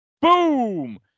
Boom